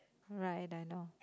right I know